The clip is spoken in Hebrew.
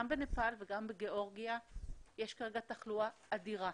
גם בנפאל וגם בגיאורגיה יש כרגע תחלואה אדירה,